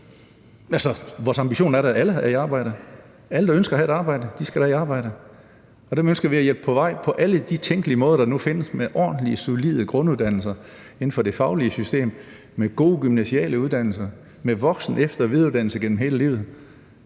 vores ambition er da, at alle er i arbejde. Alle, der ønsker at have et arbejde, skal i arbejde, og dem ønsker vi at hjælpe på vej på alle de tænkelige måder, der nu findes, med ordentlige, solide grunduddannelser inden for det faglige system, med gode gymnasiale uddannelser og med voksen-, efter- og videreuddannelse gennem hele livet.